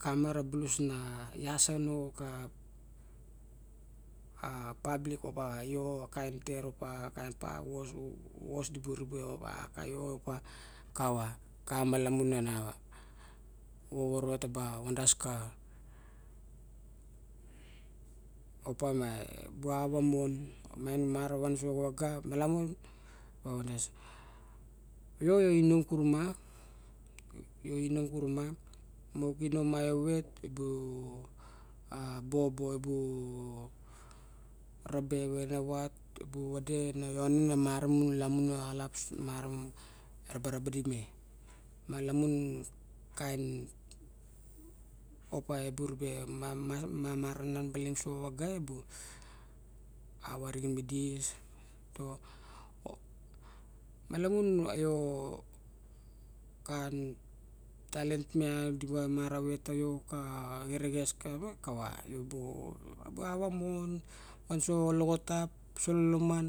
Kama rer bulus na ias sano ka pablik opa io a kaen tet opa vos di bu rebe opa io opa xava xa malamun ana vovo taba miang mara van so xavaga malamun io inom xure ma. Io inom xure ma lok inom ma evet ebua bobo rabe vexenavat ebu vede lone ne malamun axalap malamun araba raba di me malamun kaen opa ebu ribe maranan baling. So vaga ebu ava rigen midi malamu kaen talien miang dimara vet tavio xa xerexes akava kava nabu avamon, van so loxo tap, so laman